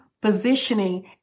positioning